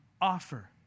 offer